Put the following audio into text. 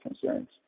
concerns